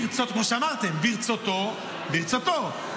כמו שאמרתם, ברצותו, ברצותו.